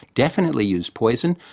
definitely used poison.